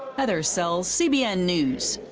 heather sells, cbn news.